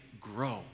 grow